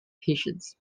patience